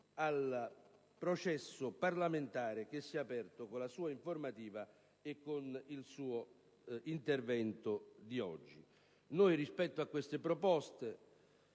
al processo parlamentare che si è aperto con la sua informativa di oggi. Noi rispetto a queste proposte